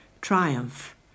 Triumph